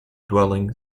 dwelling